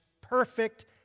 perfect